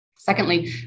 Secondly